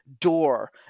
door